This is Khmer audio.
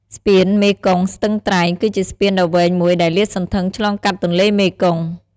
ស្ពានមេគង្គស្ទឹងត្រែង គឺជាស្ពានដ៏វែងមួយដែលលាតសន្ធឹងឆ្លងកាត់ទន្លេមេគង្គ។